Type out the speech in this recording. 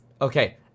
Okay